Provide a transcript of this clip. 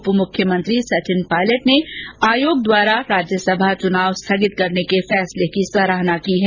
उप मुख्यमंत्री सचिन पायलट ने आयोग द्वारा राज्यसभा चुनाव स्थगित करने के फैसले की सराहना की है